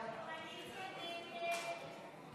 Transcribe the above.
הצעת סיעות ישראל ביתנו וימינה